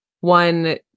one